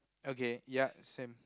okay ya same